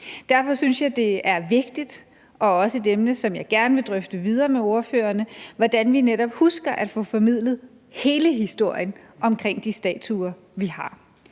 Derfor synes jeg, det er vigtigt og også et emne, som jeg gerne vil drøfte videre med ordførerne, hvordan vi netop husker at få formidlet hele historien omkring de statuer, som vi har.